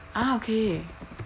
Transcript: ah okay